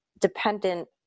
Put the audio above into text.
dependent